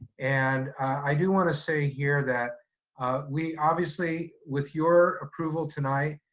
and i do want to say here that we obviously, with your approval tonight,